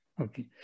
Okay